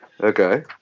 Okay